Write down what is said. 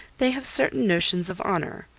they have certain notions of honour.